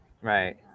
Right